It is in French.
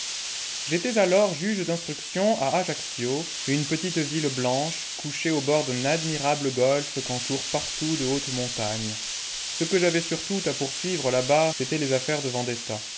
j'étais alors juge d'instruction à ajaccio une petite ville blanche couchée au bord d'un admirable golfe qu'entourent partout de hautes montagnes ce que j'avais surtout à poursuivre là-bas c'étaient les affaires de vendetta